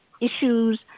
issues